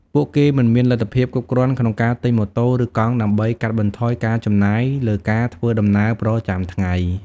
ពួកគេមិនមានលទ្ធភាពគ្រប់គ្រាន់ក្នុងការទិញម៉ូតូ ឬកង់ដើម្បីកាត់បន្ថយការចំណាយលើការធ្វើដំណើរប្រចាំថ្ងៃ។